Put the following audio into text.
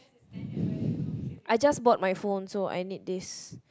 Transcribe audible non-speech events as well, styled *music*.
*breath* I just bought my phone so I need this